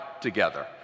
together